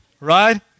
right